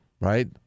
right